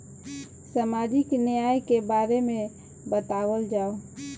सामाजिक न्याय के बारे में बतावल जाव?